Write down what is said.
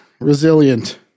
resilient